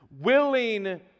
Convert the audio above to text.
willing